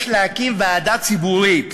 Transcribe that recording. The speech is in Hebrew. יש להקים ועדה ציבורית,